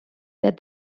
that